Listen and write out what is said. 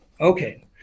Okay